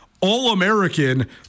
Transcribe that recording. all-American